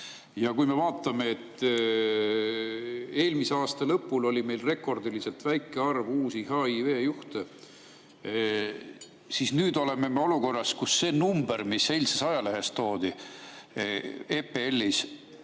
Ja kui me vaatame, et eelmise aasta lõpul oli meil rekordiliselt väike arv uusi HIV-juhte, siis nüüd oleme olukorras, kus see number, mis eilses ajalehes, EPL-is